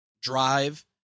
drive